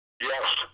Yes